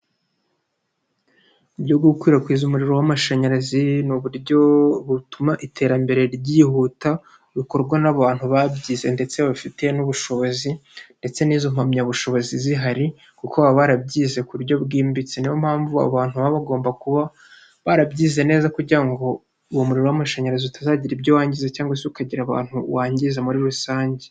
Ibyo gukwirakwiza umuriro w'amashanyarazi ni uburyo butuma iterambere ryihuta bikorwa n'abantu babyize ndetse bafitiye n'ubushobozi ndetse n'izo mpamyabushobozi zihari, kuko baba barabyize ku buryo bwimbitse; ni yo mpamvu abantu baba bagomba kuba barabyize neza kugira ngo uwo umuriro w'amashanyarazi utazagira ibyo wangiza cyangwa se ukagira abantu wangiza muri rusange.